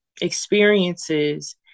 experiences